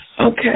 Okay